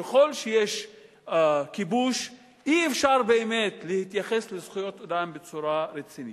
ככל שיש כיבוש אי-אפשר באמת להתייחס לזכויות אדם בצורה רצינית.